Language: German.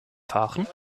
fahren